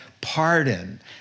pardon